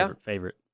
Favorite